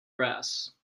grass